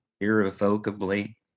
irrevocably